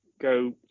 go